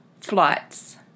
Flights